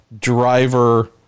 driver